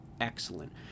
excellent